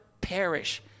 perish